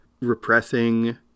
repressing